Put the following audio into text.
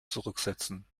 zurücksetzen